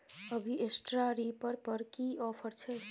अभी straw reaper पर की ऑफर छै?